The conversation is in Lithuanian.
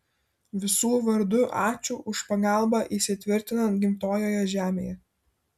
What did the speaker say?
visų vardu ačiū už pagalbą įsitvirtinant gimtojoje žemėje